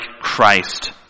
Christ